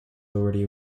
already